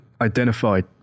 identified